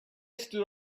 stood